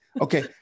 Okay